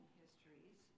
histories